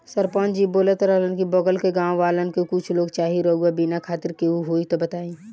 सरपंच जी बोलत रहलन की बगल के गाँव वालन के कुछ लोग चाही रुआ बिने खातिर केहू होइ त बतईह